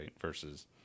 versus